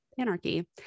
Anarchy